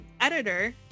editor